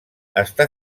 està